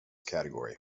category